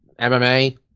MMA